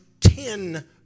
ten